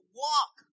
walk